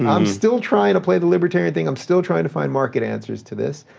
and i'm still trying to play the libertarian thing. i'm still trying to find market answers to this,